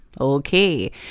okay